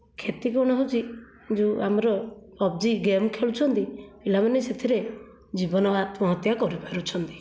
କ୍ଷତି କଣ ହଉଛି ଯେଉଁ ଆମର ପବଜି ଗେମ ଖେଳୁଛନ୍ତି ପିଲାମାନେ ସେଥିରେ ଜୀବନ ଆତ୍ମହତ୍ୟା କରି ପାରୁଛନ୍ତି